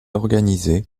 organisé